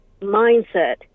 mindset